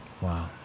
Wow